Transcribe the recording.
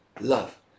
love